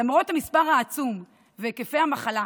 למרות המספר העצום והיקפי המחלה,